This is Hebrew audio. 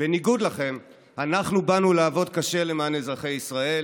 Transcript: בניגוד לכם אנחנו באנו לעבוד קשה למען אזרחי ישראל,